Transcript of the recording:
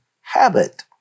habit